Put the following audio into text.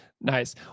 Nice